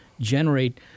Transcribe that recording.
generate